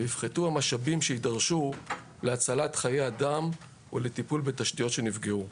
יפחתו המשאבים שיידרשו להצלת חיי אדם ולטיפול בתשתיות שנפגעו.